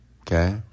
Okay